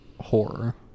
horror